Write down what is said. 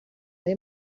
های